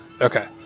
Okay